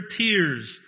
tears